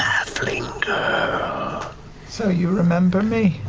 halfling so you remember me?